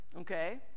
Okay